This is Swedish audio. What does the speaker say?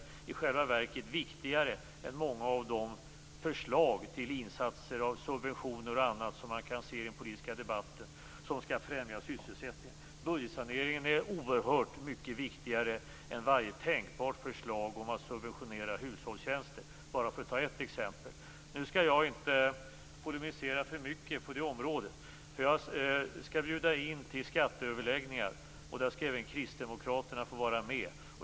De är i själva verket viktigare än många av de förslag till insatser av subventioner och annat som skall främja sysselsättningen som man kan se i den politiska debatten. Budgetsaneringen är oerhört mycket viktigare än varje tänkbart förslag om att subventionera hushållstjänster, bara för att ta ett exempel. Nu skall jag inte polemisera för mycket på det området. Jag skall bjuda in till skatteöverläggningar, och där skall även Kristdemokraterna få vara med.